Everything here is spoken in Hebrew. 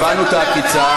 הבנו את העקיצה,